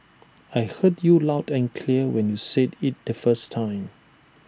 I heard you loud and clear when you said IT the first time